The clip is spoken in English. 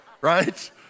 right